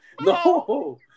No